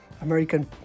American